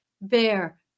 bear